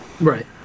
Right